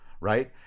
right